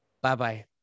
Bye-bye